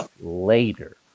later